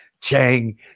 chang